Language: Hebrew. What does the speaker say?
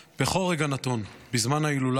בכל רגע נתון בזמן ההילולה,